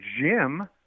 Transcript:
Jim